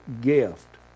gift